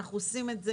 אנחנו עושים את זה.